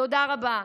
תודה רבה.